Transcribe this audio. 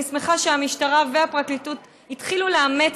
אני שמחה שהמשטרה והפרקליטות כבר התחילו לאמץ